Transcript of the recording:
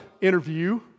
interview